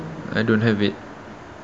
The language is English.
I don't have it